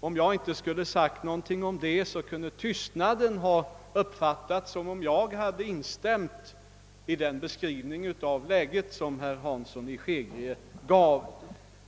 Om jag inte hade sagt någonting om det, kunde tystnaden ha uppfattats så, att jag hade instämt i den beskrivning av läget som herr Hansson i Skegrie gav.